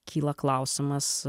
kyla klausimas